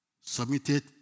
submitted